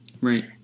Right